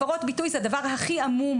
הפרות ביטוי זה הדבר הכי עמום,